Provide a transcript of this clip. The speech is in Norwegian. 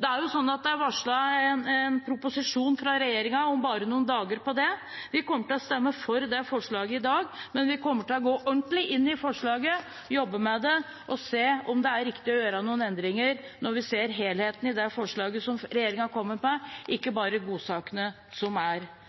Det er varslet en proposisjon fra regjeringen om bare noen dager om det. Vi kommer til å stemme for det forslaget i dag, men vi kommer til å gå ordentlig inn i forslaget, jobbe med det og se om det er riktig å gjøre noen endringer når vi ser helheten i det forslaget som regjeringen kommer med, ikke bare godsakene som er